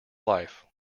life